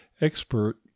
expert